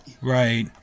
Right